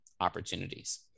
opportunities